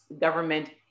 government